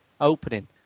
opening